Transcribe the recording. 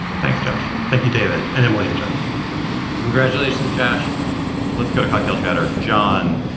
thanks, josh thank you, david and emily and john congratulations, josh let's go to cocktail chatter. john,